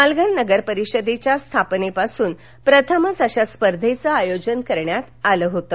पालघर नगरपरिषदेच्या स्थापनेपासून पहिल्यांदाच अशा स्पर्धेचं आयोजन करण्यात आलं होतं